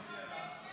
אני מציע לך